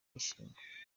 yishima